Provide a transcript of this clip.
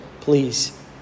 please